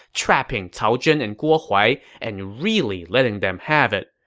trapping cao zhen and guo huai and really letting them have it.